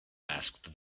asked